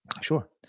Sure